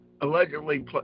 allegedly